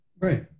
Right